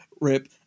rip